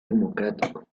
democrático